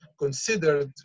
considered